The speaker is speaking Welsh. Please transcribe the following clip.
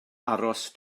aros